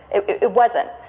it it wasn't.